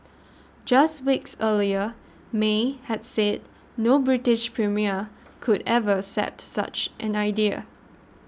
just weeks earlier May had said no British premier could ever accept such an idea